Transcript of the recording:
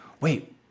wait